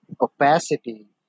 opacity